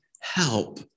help